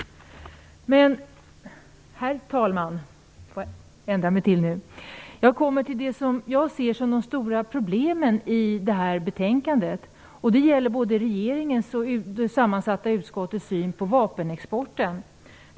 Herr talman! Jag kommer nu till det som jag ser som det stora problemet i det här betänkandet. Det gäller regeringens och det sammansatta utskottets syn på vapenexporten.